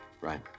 Right